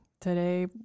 Today